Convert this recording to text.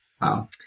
Wow